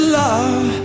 love